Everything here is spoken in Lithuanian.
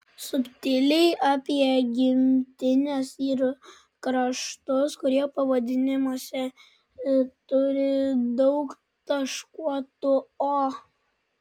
subtiliai apie gimtines ir kraštus kurie pavadinimuose turi daug taškuotų o